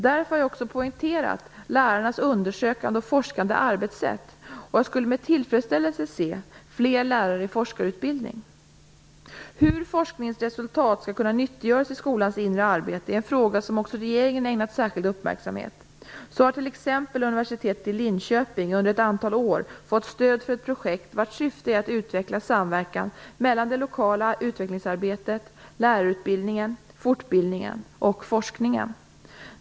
Därför har jag också poängterat lärarnas undersökande och forskande arbetssätt, och jag skulle med tillfredsställelse se fler lärare i forskarutbildning. Hur forskningens resultat skall kunna nyttiggöras i skolans inre arbete är en fråga som även regeringen ägnat särskild uppmärksamhet. Så har t.ex. universitetet i Linköping under ett antal år fått stöd för ett projekt vars syfte är att utveckla samverkan mellan det lokala utvecklingsarbetet, lärarutbildningen, fortbildningen och forskningen.